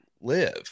live